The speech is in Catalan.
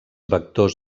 vectors